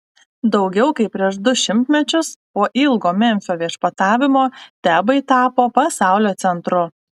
daugiau kaip prieš du šimtmečius po ilgo memfio viešpatavimo tebai tapo pasaulio centru